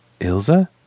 Ilza